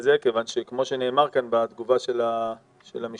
זה מפני שכפי שנאמר כאן בתגובה של המשטרה,